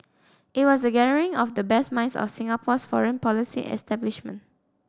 it was a gathering of the best minds of Singapore's foreign policy establishment